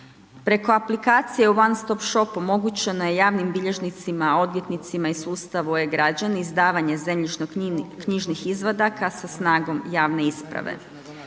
Preko aplikacije u one stop shopu moguće je na javnim bilježnicima, odvjetnicima i sustavu e-građani izdavanje zemljišno knjižnih izvadaka sa snagom javne isprave.